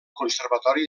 conservatori